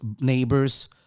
neighbors